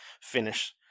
finish